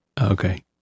Okay